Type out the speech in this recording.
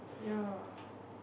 ya